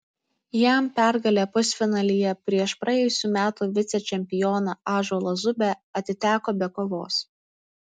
jam pergalė pusfinalyje prieš praėjusių metų vicečempioną ąžuolą zubę atiteko be kovos